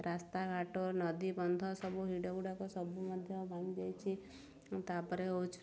ରାସ୍ତାଘାଟ ନଦୀ ବନ୍ଧ ସବୁ ହିଡ଼ଗୁଡ଼ାକ ସବୁ ମଧ୍ୟ ଭାଙ୍ଗିଯାଇଛି ତାପରେ ହେଉଛି